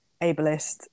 ableist